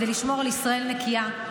כדי לשמור על ישראל נקייה.